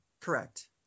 Correct